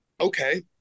okay